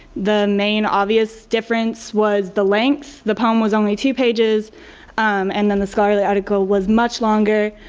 the main obvious difference was the length, the poem was only two pages and then the scholarly article was much longer.